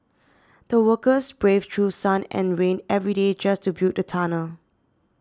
the workers braved through sun and rain every day just to build the tunnel